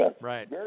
Right